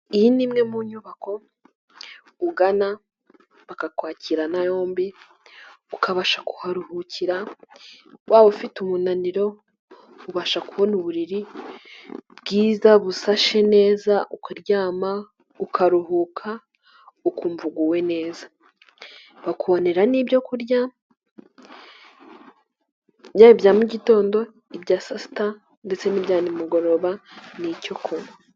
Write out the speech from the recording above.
Iyi ni imwe mu nyubako ugana bakakwakirana yombi ukabasha kuharuhukira, waba ufite umunaniro ubasha kubona uburiri bwiza busashe neza ukaryama ukaruhuka ukumva uguwe neza, bakubonera n'ibyo kurya yaba ibya mugitondo, ibya sa sita ndetse n'ibya nimugoroba n'icyo kunywa.